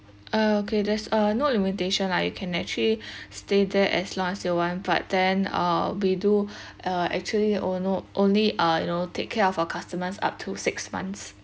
uh okay there's uh no limitation lah you can actually stay there as long as you want but then uh we do uh actually only uh you know take care of our customers up to six months